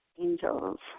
angels